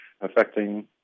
affecting